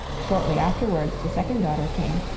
shortly afterwards the second daughter came,